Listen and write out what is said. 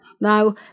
Now